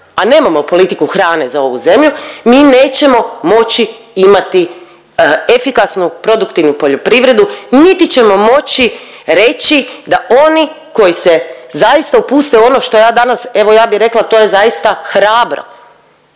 a nemamo politiku hrane za ovu zemlju mi nećemo moći imati efikasnu produktivnu poljoprivredu niti ćemo moći reći da oni koji se zaista upuste u ono što ja danas evo ja bih rekla to je zaista hrabro